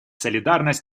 солидарность